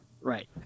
Right